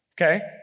okay